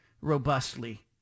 robustly